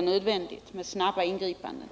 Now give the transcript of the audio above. nödvändigt att ingripa snabbt.